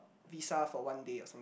visa for one day or some